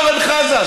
אורן חזן?